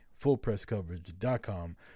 FullPressCoverage.com